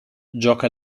gioca